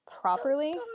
properly